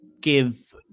give